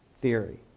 theory